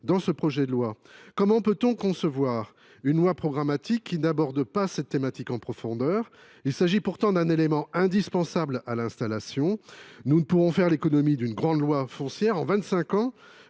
dans ce projet de loi. Comment peut on concevoir une loi programmatique qui n’aborde pas cette thématique en profondeur ? Il s’agit pourtant d’un élément indispensable à l’installation. Nous ne pourrons faire l’économie d’une grande loi foncière. En vingt